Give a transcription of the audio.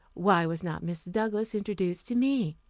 why was not mr. douglass introduced to me?